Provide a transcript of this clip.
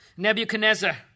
Nebuchadnezzar